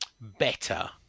better